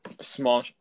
small